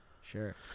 Sure